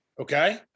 Okay